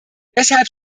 deshalb